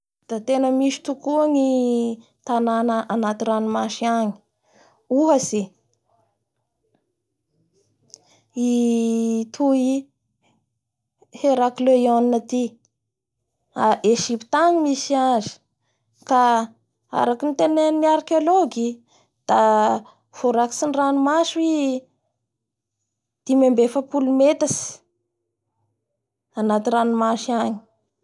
Da tena misy tokoa ny tanana anty ranomasy agny ohatsy i POYHERACENIONNE ity a Egypta agny no misy azy ka araky nitenenin'ny archiologue da voarakitsy ny ranomasy hoy dimy ambin'ny efapolo metatsy anaty ranomasy agny